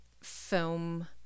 film